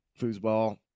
foosball